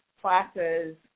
classes